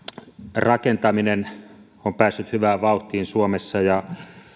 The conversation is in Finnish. rakentaminen on päässyt hyvään vauhtiin suomessa ja